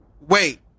wait